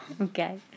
Okay